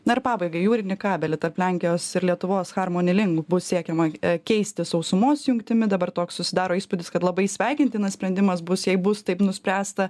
na ir pabaigai jūrinį kabelį tarp lenkijos ir lietuvos harmony link bus siekiama keisti sausumos jungtimi dabar toks susidaro įspūdis kad labai sveikintinas sprendimas bus jei bus taip nuspręsta